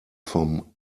vom